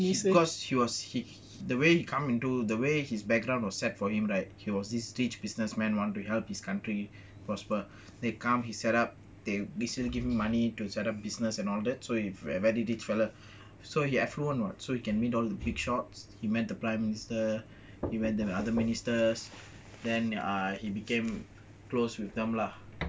because he was he the way come into the way his background was set for him right he was this stage businessman wanted to help his country prosper they come he set up they recently give him money to set up business and all that so if so he affluent [what] so he can meet all the big shots he met the prime minister even than other ministers then ah he became close with them lah